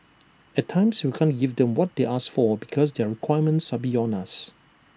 at times we can't give them what they ask for because their requirements are beyond us